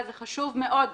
שאני מאוד בעד זה,